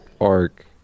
arc